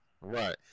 right